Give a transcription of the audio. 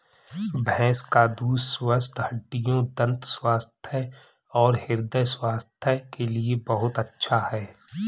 भैंस का दूध स्वस्थ हड्डियों, दंत स्वास्थ्य और हृदय स्वास्थ्य के लिए बहुत अच्छा है